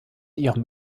ihrem